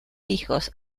hijos